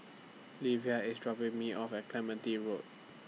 Livia IS dropping Me off At Clementi Road